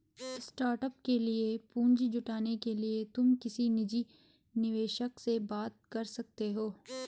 startup के लिए पूंजी जुटाने के लिए तुम किसी निजी निवेशक से बात कर सकते हो